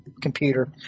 computer